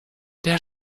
der